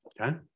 Okay